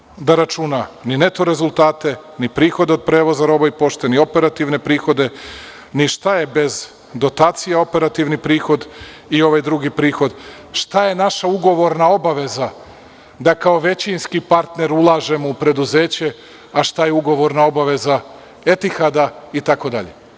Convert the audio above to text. Dakle, on ne zna da računa ni neto rezultate, ni prihode od prevoza roba i pošte, ni operativne prihode, ni šta je bez dotacije operativni prihod i ovaj drugi prihod, šta je naša ugovorna obaveza da kao većinski partner ulažemo u preduzeće, a šta je ugovorna obaveza „Etihada“ itd.